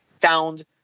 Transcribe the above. found